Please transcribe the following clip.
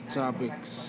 topics